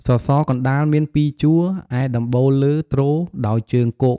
សសរ កណ្តាលមានពីរជួរ ឯដំបូលលើទ្រដោយជើងគក។